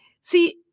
See